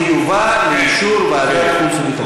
זה יובא לאישור ועדת החוץ והביטחון.